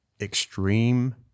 extreme